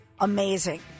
amazing